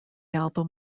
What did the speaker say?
album